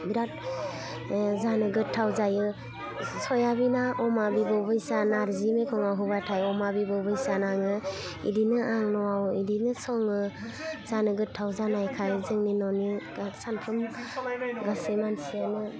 बिराथ जानो गोथाव जायो सयाबिना अमा बिबु बैसा नारजि मेगङाव होबाथाय अमा बिबु बैसा नाङो इदिनो आं न'वाव बिदिनो सङो जानो गोथाव जानायखाय जोंनि न'नि गा सानफ्रोम गासै मानसियानो